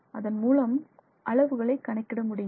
அதன் மூலம் அளவுகளை கணக்கிட முடியும்